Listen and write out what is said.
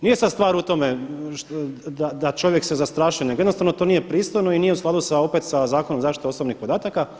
Nije sad stvar u tome da čovjek se zastraši nego jednostavno to nije pristojno i nije u skladu opet sa Zakonom o zaštiti osobnih podataka.